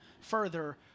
further